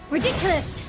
Ridiculous